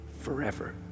forever